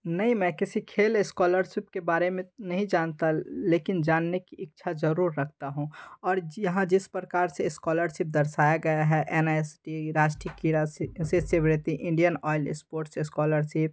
नहीं मैं किसी खेल स्कॉलरसिप के बारे में नहीं जानता लेकिन जानने की इच्छा ज़रूर रखता हूँ और जी हाँ जिस प्रकार से स्कॉलरसिप दर्शाया गया है एन एस टी राष्ट्रीय की राशि सिवृति इंडियन आयल स्पोर्ट्स स्कॉलरसिप